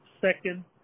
second